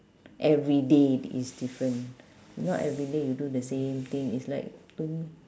everyday is different if not everyday you do the same thing is like don't